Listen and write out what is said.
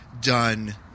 done